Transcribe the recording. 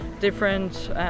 different